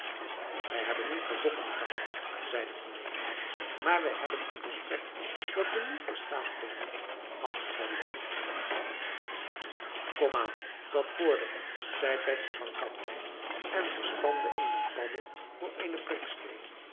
wij hebben niet gevochten vader zeide cornelis maar wij hebben een gesprek dat we niet verstaan konden afgeluisterd komaan dat vordert zei bestje van katwijk en ze spande eene padde voor eene